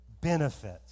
benefits